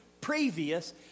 previous